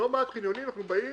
בלא מעט חניונים אנחנו באים,